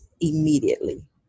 immediately